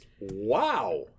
Wow